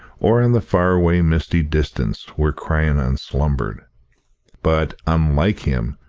or on the far-away misty distance where crianan slumbered but, unlike him,